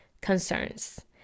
concerns